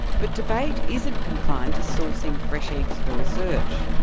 but debate isn't confined to sourcing fresh eggs for research.